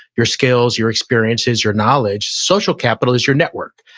your skills, your experiences, your knowledge. social capital is your network,